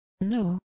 No